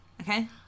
Okay